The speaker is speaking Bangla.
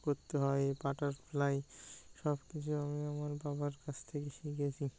করতে হয় বাটারফ্লাই সব কিছু আমি আমার বাবার কাছ থেকে শিখেছি